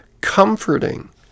comforting